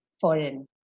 foreign